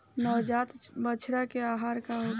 नवजात बछड़ा के आहार का होखे?